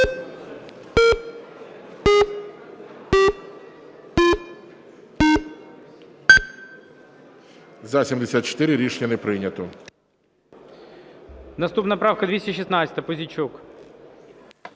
За-73 Рішення не прийнято. Наступна поправка 236. Пузійчук,